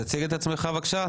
תציג את עצמך בבקשה,